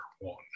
one